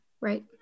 Right